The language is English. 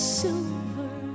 silver